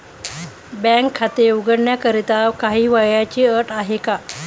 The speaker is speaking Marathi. बँकेत खाते उघडण्याकरिता काही वयाची अट आहे का?